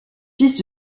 fils